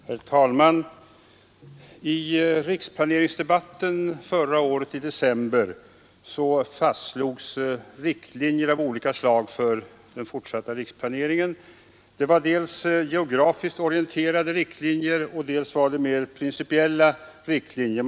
Herr talman! I riksplaneringsdebatten i december förra året fastslogs riktlinjer av olika slag för den fortsatta riksplaneringen. Det var dels geografiskt orienterade riktlinjer, dels mer principiella riktlinjer.